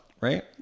Right